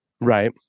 right